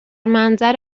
منظر